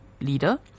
leader